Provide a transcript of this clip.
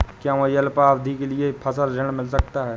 क्या मुझे अल्पावधि के लिए फसल ऋण मिल सकता है?